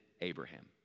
Abraham